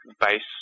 base